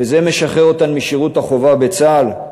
וזה משחרר אותן משירות החובה בצה"ל,